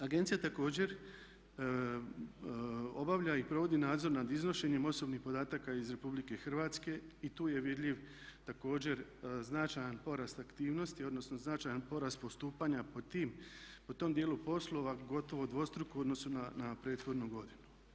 Agencija također obavlja i provodi nadzor nad iznošenjem osobnih podataka iz RH i tu je vidljiv također značajan porast aktivnosti odnosno značajan porast postupanja po tom djelu poslova gotovo dvostruko u odnosu na prethodnu godinu.